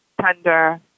tender